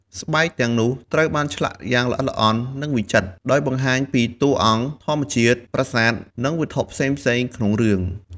ស្បែកទាំងនោះត្រូវបានឆ្លាក់យ៉ាងល្អិតល្អន់ និងវិចិត្រ ដោយបង្ហាញពីតួអង្គ ធម្មជាតិ ប្រាសាទ និងវត្ថុផ្សេងៗក្នុងរឿង។